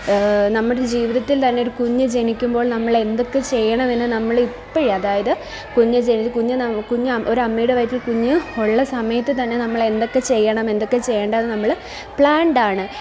നമ്മളുടെ ജീവിതത്തില്ത്തന്നെ ഒരു കുഞ്ഞു ജനിക്കുമ്പോള് നമ്മള് എന്തൊക്കെ ചെയ്യണമെന്ന് നമ്മളിപ്പോള് അതായത് കുഞ്ഞ് ജനിച്ച് കുഞ്ഞ് ഒരമ്മയുടെ വയറ്റില് കുഞ്ഞുള്ള സമയത്ത് തന്നെ നമ്മളെന്തൊക്കെ ചെയ്യണം എന്തൊക്കെ ചെയ്യേണ്ടായെന്ന് നമ്മള് പ്ലാന്ഡ് ആണ്